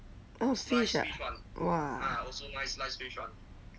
oh fish ah !wah!